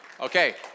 Okay